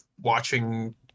watching